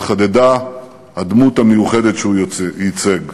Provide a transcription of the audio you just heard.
התחדדה הדמות המיוחדת שהוא ייצג.